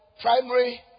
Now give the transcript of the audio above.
primary